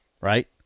right